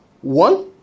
One